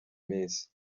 minsi